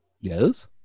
yes